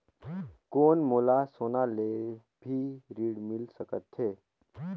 कौन मोला सोना ले भी ऋण मिल सकथे?